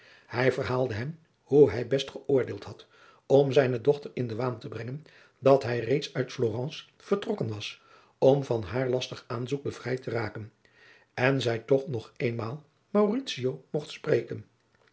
hij verhaalde hem hoe hij best geoordeeld had om zijne dochter in den waan te brengen dat hij reeds uit florence vertrokken was om van haar lastig aanzoek bevrijd te raken dat zij toch nog eenmaal mauritio mogt spreken